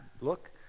look